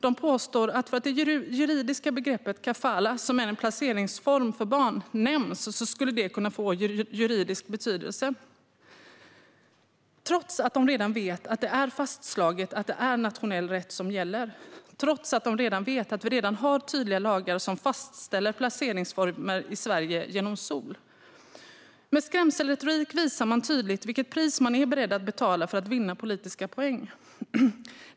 De påstår att för att det juridiska begreppet kafalah, som är en placeringsform för barn, nämns skulle det kunna få juridisk betydelse, trots att de redan vet att det är fastslaget att det är nationell rätt som gäller och trots att de redan vet att vi har tydliga lagar som fastställer placeringsformer i Sverige genom SoL. Med skrämselretorik visar man tydligt vilket pris man är beredd att betala för att vinna politiska poäng.